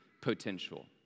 potential